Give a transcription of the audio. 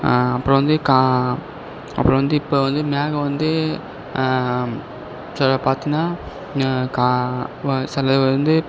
அப்புறம் வந்து க அப்புறம் வந்து இப்போ வந்து மேகம் வந்து சிலது பார்த்திங்கன்னா க சிலது வந்து